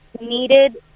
needed